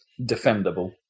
defendable